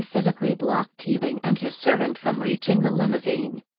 physically blocked teabing and his servant from reaching the limousine.